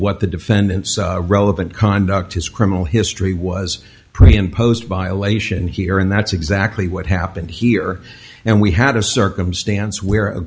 what the defendant's relevant conduct his criminal history was pretty imposed violation here and that's exactly what happened here and we had a circumstance where